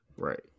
Right